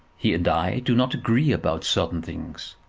he and i do not agree about certain things,